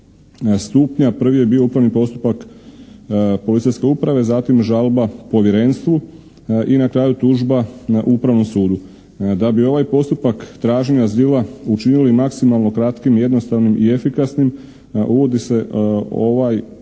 stupnja. Prvi je bio upravni postupak policijske uprave, zatim žalba povjerenstvu i na kraju tužba Upravnom sudu. Da bi ovaj postupak traženja azila učinili maksimalno kratkim, jednostavnim i efikasnim uvodi se ovaj postupak